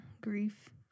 grief